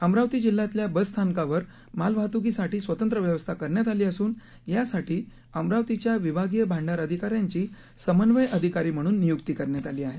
अमरावती जिल्ह्यातल्या बस स्थानकावर मालवाहतुकीसाठी स्वतंत्र व्यवस्था करण्यात आली असून यासाठी अमरावतीच्या विभागीय भांडार अधिकाऱ्यांची समन्वय अधिकारी म्हणून निय्क्ती करण्यात आली आहे